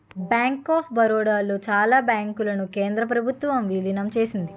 bank of Baroda లో చాలా బ్యాంకులను కేంద్ర ప్రభుత్వం విలీనం చేసింది